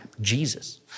Jesus